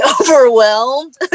overwhelmed